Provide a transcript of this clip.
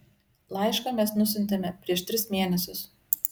laišką mes nusiuntėme prieš tris mėnesius